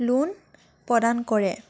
loan প্ৰদান কৰে